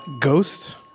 Ghost